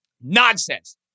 Nonsense